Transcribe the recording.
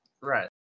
Right